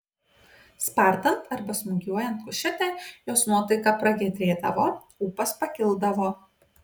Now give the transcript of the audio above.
spardant arba smūgiuojant kušetę jos nuotaika pragiedrėdavo ūpas pakildavo